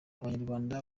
abanyarwanda